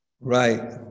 Right